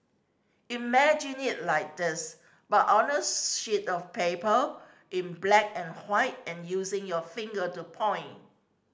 imagine it like this but on a sheet of paper in black and and using your finger to point